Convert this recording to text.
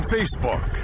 Facebook